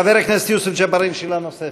חבר הכנסת יוסף ג'בארין, שאלה נוספת.